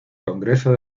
congreso